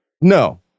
No